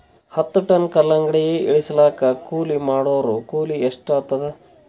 ಹತ್ತ ಟನ್ ಕಲ್ಲಂಗಡಿ ಇಳಿಸಲಾಕ ಕೂಲಿ ಮಾಡೊರ ಕೂಲಿ ಎಷ್ಟಾತಾದ?